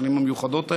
השנים המיוחדות האלה.